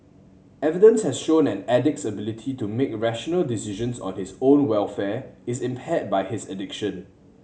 evidence has shown an addict's ability to make rational decisions on his own welfare is impaired by his addiction